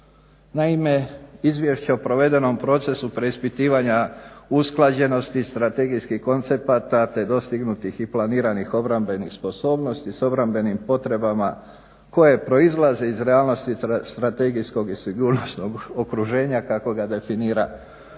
Naime, izvješća o provedenom procesu preispitivanja usklađenosti strategijskih koncepata, te dostignutih i planiranih obrambenih sposobnosti sa obrambenim potrebama koje proizlaze iz realnosti strategijskog i sigurnosnog okruženja kako ga definira ovaj zakon